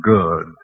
Good